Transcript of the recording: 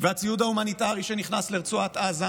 והציוד ההומניטרי שנכנס לרצועת עזה,